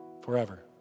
forever